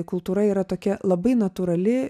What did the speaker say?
kultūra yra tokia labai natūrali